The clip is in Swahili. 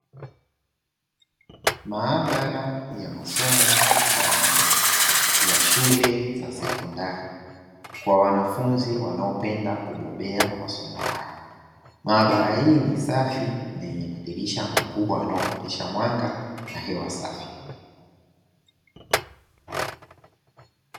Maabara ya masomo ya sayansi ya shule za sekondari kwa wanafunzi wanaopenda kubobea masomo hayo. Maabara hii ni safi na yenye madirisha makubwa yanayopitisha mwanga na hewa safi.